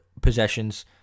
possessions